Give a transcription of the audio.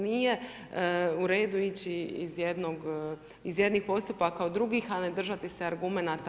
Nije uredu ići iz jednih postupaka u druge, a ne držati se argumenata